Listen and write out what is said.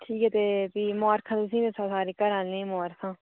ठीक ऐ ते फ्ही मुबारखां तुसें सारे घरैआह्लें गी मुबारखां